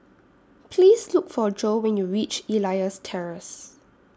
Please Look For Joe when YOU REACH Elias Terrace